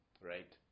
right